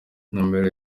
intumbero